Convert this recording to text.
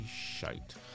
shite